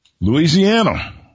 Louisiana